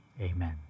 Amen